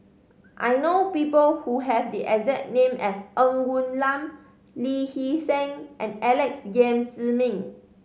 I know people who have the exact name as Ng Woon Lam Lee Hee Seng and Alex Yam Ziming